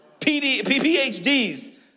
PhDs